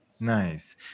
Nice